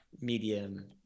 medium